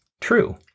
True